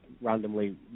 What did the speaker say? randomly